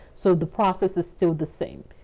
so the process is still the same.